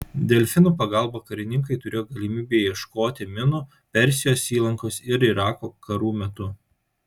delfinų pagalba karininkai turėjo galimybę ieškoti minų persijos įlankos ir irako karų metu